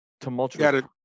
tumultuous